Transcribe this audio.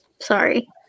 Sorry